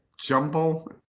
jumble